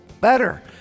better